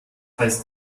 heißt